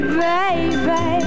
baby